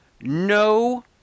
no